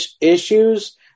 issues